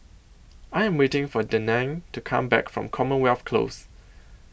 I Am waiting For Denine to Come Back from Commonwealth Close